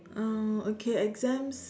oh okay exams